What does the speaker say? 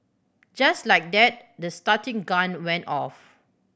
just like that the starting gun went off